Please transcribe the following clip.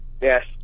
Yes